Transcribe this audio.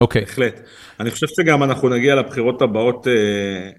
אוקי, בהחלט, אני חושב שגם אנחנו נגיע לבחירות הבאות.